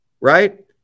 right